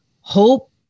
hope